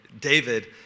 David